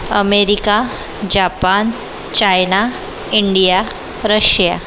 America Japan China India Russia